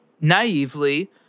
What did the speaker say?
naively